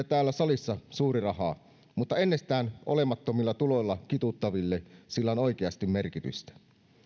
täällä salissa suuri raha mutta ennestään olemattomilla tuloilla kituuttaville sillä on oikeasti merkitystä